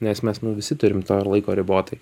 nes mes nu visi turim to ir laiko ribotai